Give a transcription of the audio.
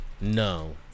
No